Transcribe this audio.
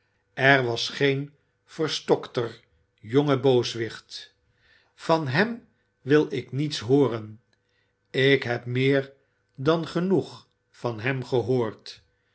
er was geen verstokter jonge booswicht van hem wil ik niets hooren ik heb meer dan genoeg van hem gehoord